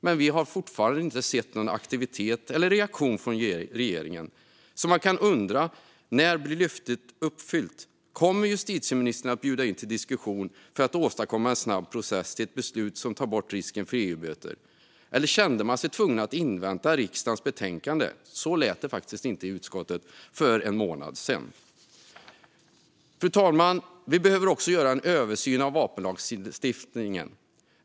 Men vi har fortfarande inte sett någon aktivitet eller reaktion från regeringen. Man kan undra: När blir löftet uppfyllt? Kommer justitieministern att bjuda in till diskussion för att åstadkomma en snabb process till ett beslut som tar bort risken för EU-böter? Eller kände man sig tvungen att invänta riksdagens betänkande? Så lät det inte i utskottet för en månad sedan. Fru talman! Vi behöver också göra en översyn av vapenlagstiftningen.